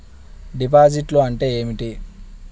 డిపాజిట్లు అంటే ఏమిటి?